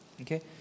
okay